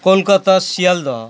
Kolkata Sealdah